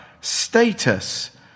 status